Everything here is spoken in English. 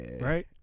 Right